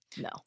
No